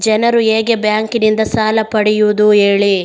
ಜನರು ಹೇಗೆ ಬ್ಯಾಂಕ್ ನಿಂದ ಸಾಲ ಪಡೆಯೋದು ಹೇಳಿ